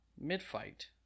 Mid-fight